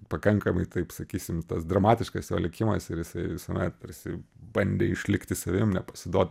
pakankamai taip sakysim tas dramatiškas jo likimas ir jisai visuomet tarsi bandė išlikti savim nepasiduot